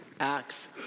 acts